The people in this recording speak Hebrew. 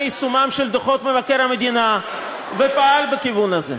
יישומם של דוחות מבקר המדינה ופעל בכיוון הזה.